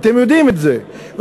אתם יודעים את זה,